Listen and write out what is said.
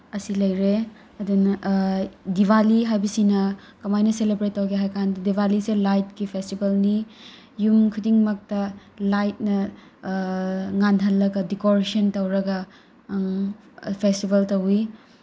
ꯑꯁꯤ ꯂꯩꯔꯦ ꯑꯗꯨꯅ ꯗꯤꯋꯥꯂꯤ ꯍꯥꯏꯕꯁꯤꯅ ꯀꯃꯥꯏꯅ ꯁꯦꯂꯤꯕ꯭ꯔꯦꯠ ꯇꯧꯒꯦ ꯍꯥꯏ ꯀꯥꯟꯗ ꯗꯤꯋꯥꯂꯤꯁꯦ ꯂꯥꯏꯠꯀꯤ ꯐꯦꯁꯇꯤꯚꯦꯜꯅꯤ ꯌꯨꯝ ꯈꯨꯗꯤꯡꯃꯛꯇ ꯂꯥꯏꯠꯅ ꯉꯥꯜꯍꯜꯂꯒ ꯗꯤꯀꯣꯔꯦꯁꯟ ꯇꯧꯔꯒ ꯐꯦꯁꯇꯤꯚꯦꯜ ꯇꯧꯏ